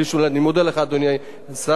אני מודה לך, אדוני השר.